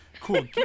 Cool